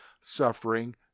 suffering